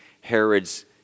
Herod's